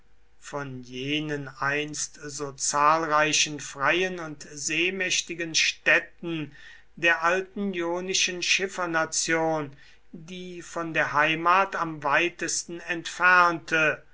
von jenen einst so zahlreichen freien und seemächtigen städten der alten ionischen schiffernation die von der heimat am weitesten entfernte